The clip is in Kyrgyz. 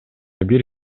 бир